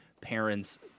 parents